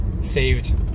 Saved